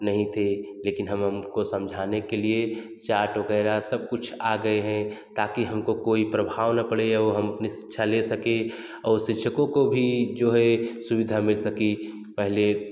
नहीं थे लेकिन हम हम को समझाने के लिए चाट वग़ैरह सब कुछ आ गए हैं ताकी हम को कोई प्रभाव ना पड़े और हम अपनी शिक्षा ले सकें और शिक्षकों को भी जो है सुविधा मिल सकी पहले